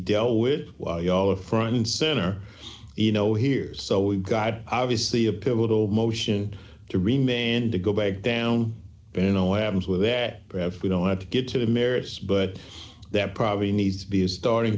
dealt with you know a front and center you know hears so we got obviously a pivotal motion to remain to go back down in a way adams with that perhaps we don't have to get to the merits but that probably needs to be a starting